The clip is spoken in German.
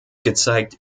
gezeigt